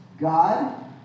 God